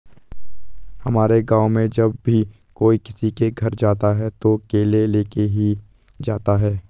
हमारे गाँव में जब भी कोई किसी के घर जाता है तो केले लेके ही जाता है